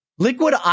Liquid